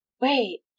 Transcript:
wait